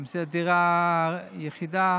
אם זו דירה יחידה